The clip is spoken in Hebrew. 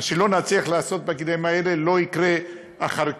מה שלא נצליח לעשות בגילים האלה לא יקרה אחר כך.